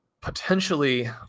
potentially